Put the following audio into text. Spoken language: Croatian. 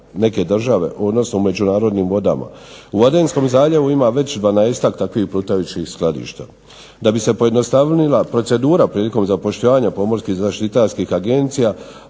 neke države, odnosno međunarodnim vodama. U Adenskom zaljevu ima već 12-tak takvih plutajućih skladišta. Da bi se pojednostavila procedura prilikom zapošljavanja pomorskih zaštitarskih agencija